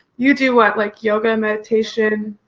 you do what? like yoga and meditation?